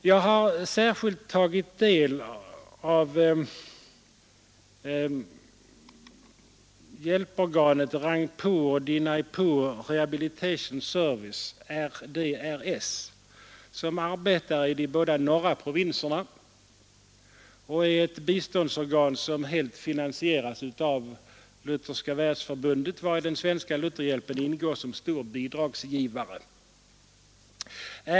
Jag har särskilt tagit del av verksamheten vid Rangpur-Dinajpur Rehabilitation Service, RDRS, som arbetar i de båda norra provinserna och är ett biståndsorgan som helt finansieras av Lutherska världsförbundet, vari den svenska Lutherhjälpen ingår som stor bidragsgivare.